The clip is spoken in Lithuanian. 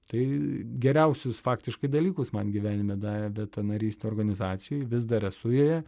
tai geriausius faktiškai dalykus man gyvenime davė bet ta narystė organizacijoje vis dar esu joje